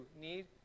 need